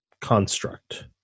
construct